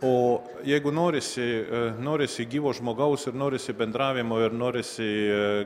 o jeigu norisi norisi gyvo žmogaus ir norisi bendravimo ir norisi